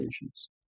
patients